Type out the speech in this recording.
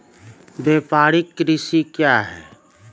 व्यापारिक कृषि क्या हैं?